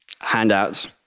handouts